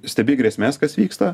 stebi grėsmes kas vyksta